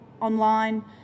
online